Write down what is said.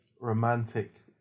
romantic